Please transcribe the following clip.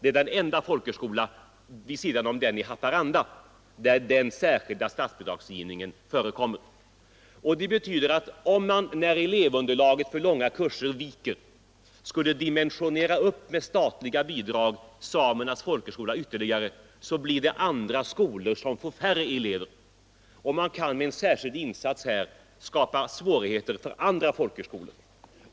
Det är den enda folkhögskola, vid sidan om den i Haparanda, där särskild statsbidragsgivning förekommer. Detta betyder att om man, när elevunderlaget för långa kurser viker, skulle dimensionera upp Samernas folkhögskola ytterligare med statliga bidrag, så blir det andra skolor som får färre elever. Man kan alltså med en särskild insats här skapa svårigheter för andra folkhögskolor.